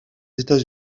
états